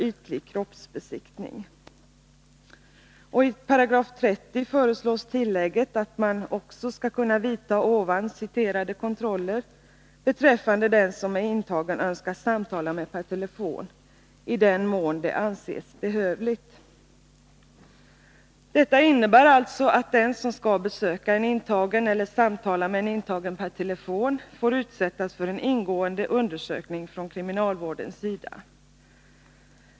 ytlig kroppsbesiktning. I 30 § föreslås tillägget att man skall kunna vidta de i citatet omnämnda kontrollerna f. n. också beträffande den som en intagen önskar samtala med per telefon. Detta innebär alltså att den som skall besöka en intagen eller samtala med en intagen per telefon får utsättas för en ingående undersökning från kriminalvårdens sida.